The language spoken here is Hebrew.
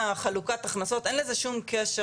אין לזה שום קשר.